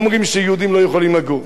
אומרים שיהודים לא יכולים לגור בה.